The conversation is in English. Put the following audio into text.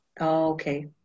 okay